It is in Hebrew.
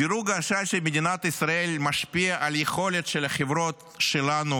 דירוג האשראי של מדינת ישראל משפיע על יכולת החברות שלנו